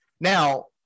Now